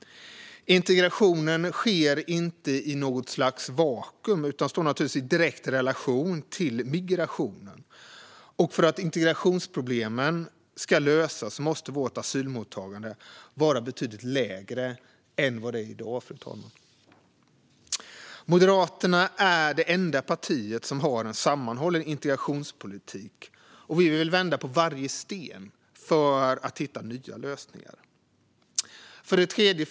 Integrationen sker inte i något slags vakuum utan står i direkt relation till migrationen. Om integrationsproblemen ska lösas måste vårt asylmottagande vara betydligt lägre än det är i dag. Moderaterna är det enda partiet som har en sammanhållen integrationspolitik. Vi vill vända på varje sten för att hitta nya lösningar. Fru talman!